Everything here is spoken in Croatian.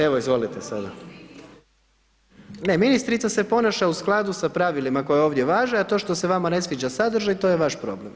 Evo izvolite sada … [[Upadica: Ne razumije se.]] ne ministrica se ponaša sa pravilima koja ovdje važe, a to što se vama ne sviđa sadržaj to je vaš problem.